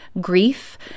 grief